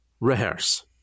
Rehearse